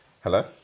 Hello